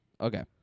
Okay